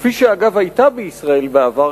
כפי שאגב היתה בישראל בעבר,